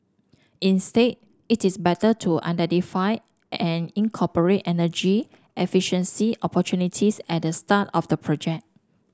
instead it is better to identify and incorporate energy efficiency opportunities at the start of the project